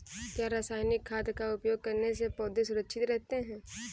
क्या रसायनिक खाद का उपयोग करने से पौधे सुरक्षित रहते हैं?